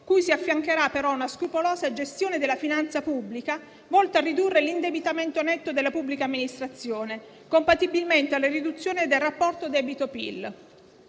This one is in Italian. cui si affiancherà però una scrupolosa gestione della finanza pubblica volta a ridurre l'indebitamento netto della pubblica amministrazione, compatibilmente con la riduzione del rapporto debito-PIL.